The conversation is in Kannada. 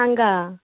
ಹಂಗಾ